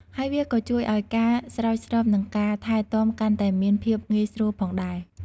ហើយវាក៏ជួយឱ្យការស្រោចស្រព និងការថែទាំកាន់តែមានភាពងាយស្រួលផងដែរ។